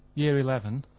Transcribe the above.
year eleven.